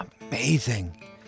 amazing